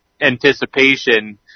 anticipation